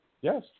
Yes